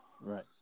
Right